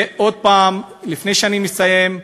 ועוד פעם, לפני שאני מסיים,